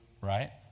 Right